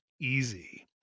easy